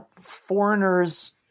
foreigners